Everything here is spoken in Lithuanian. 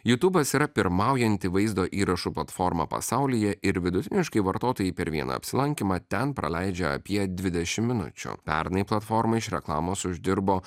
jutūbas yra pirmaujanti vaizdo įrašų platforma pasaulyje ir vidutiniškai vartotojai per vieną apsilankymą ten praleidžia apie dvidešimt minučių pernai platforma iš reklamos uždirbo